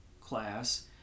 class